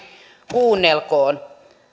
kuunnelkoot